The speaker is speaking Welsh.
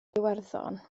iwerddon